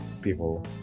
people